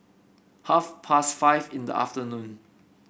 half past five in the afternoon